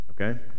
okay